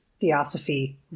theosophy